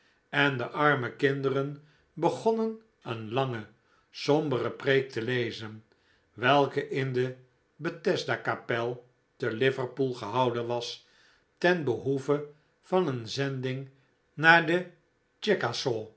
en de arme kinderen begonnen een lange sombere preek te lezen welke in de bethesda kapel te liverpool gehouden was ten behoeve van een zending naar de